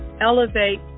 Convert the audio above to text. elevate